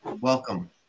Welcome